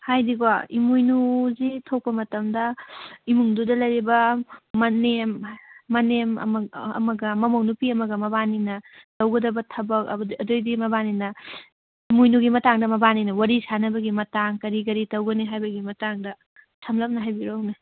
ꯍꯥꯏꯕꯗꯤꯀꯣ ꯏꯃꯣꯏꯅꯨꯁꯤ ꯊꯣꯛꯄ ꯃꯇꯝꯗ ꯏꯃꯨꯡꯗꯨꯗ ꯂꯩꯔꯤꯕ ꯃꯅꯦꯝ ꯑꯃꯒ ꯃꯃꯧ ꯅꯨꯄꯤ ꯑꯃꯒ ꯃꯕꯥꯅꯤꯅ ꯇꯧꯒꯗꯕ ꯊꯕꯛ ꯑꯗꯨꯗꯒꯤꯗꯤ ꯃꯕꯥꯟꯅꯤꯅ ꯏꯃꯣꯏꯅꯨꯒꯤ ꯃꯇꯥꯡꯗ ꯃꯕꯥꯟꯅꯤꯅ ꯋꯥꯔꯤ ꯁꯥꯟꯅꯕꯒꯤ ꯃꯇꯥꯡ ꯀꯔꯤ ꯀꯔꯤ ꯇꯧꯒꯅꯤ ꯍꯥꯏꯕꯒꯤ ꯃꯇꯥꯡꯗ ꯁꯝꯂꯞꯅ ꯍꯥꯏꯕꯤꯔꯛꯎꯅꯦ